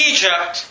Egypt